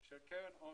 כשקרן עושר,